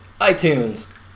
iTunes